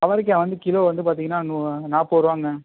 அவரைக்காய் வந்து கிலோ வந்து பார்த்தீங்கனா நூ நாற்பது ரூபாங்க